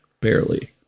barely